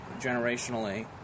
Generationally